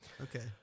Okay